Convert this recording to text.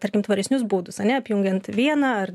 tarkim tvaresnius būdus ane apjungiant vieną ar